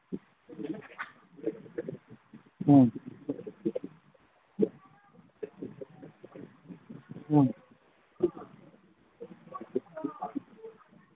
ꯎꯝ ꯎꯝ